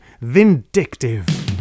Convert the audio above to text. VINDICTIVE